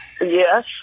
Yes